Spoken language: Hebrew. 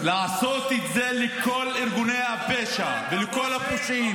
לעשות את זה לכל ארגוני הפשע ולכל הפושעים.